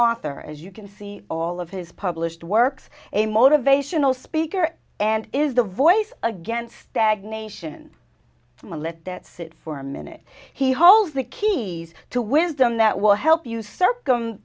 author as you can see all of his published works a motivational speaker and is the voice against stagnation from a let that sit for a minute he holds the key to wisdom that will help you